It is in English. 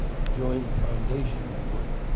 to join the foundation board.